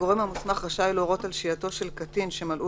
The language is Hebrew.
הגורם המוסמך רשאי להורות על שהייתו של קטין שמלאו